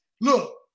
look